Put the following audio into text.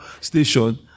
station